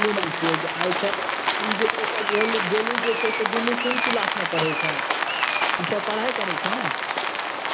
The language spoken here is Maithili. अच्छा गोलु नाम छियै आ ई जे गोलु जे दुनू कोन क्लासमे पढ़ै छै ई सभ पढ़ाई करै छै ने